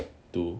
to